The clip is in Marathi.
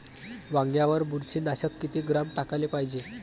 वांग्यावर बुरशी नाशक किती ग्राम टाकाले पायजे?